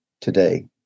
today